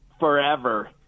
forever